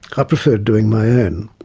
i preferred doing my own,